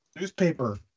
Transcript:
Newspaper